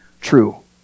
true